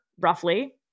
roughly